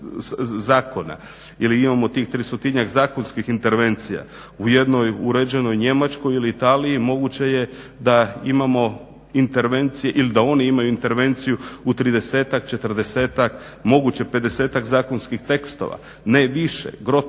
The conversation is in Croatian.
ili imamo tih tristotinjak zakonskih intervencija. U jednoj uređenoj Njemačkoj ili Italiji moguće je da imamo intervencije ili da oni imaju intervenciju u tridesetak, četrdesetak, moguće pedesetak zakonskih tekstova, ne više. Gro